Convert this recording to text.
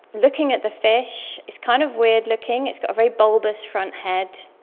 looking at the fish, it's kind of weird looking, it's got a very bulbous front head,